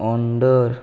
under